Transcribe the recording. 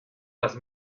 las